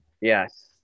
Yes